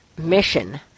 mission